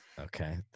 okay